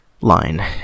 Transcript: line